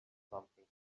something